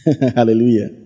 Hallelujah